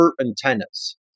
antennas